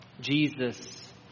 Jesus